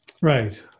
Right